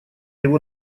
его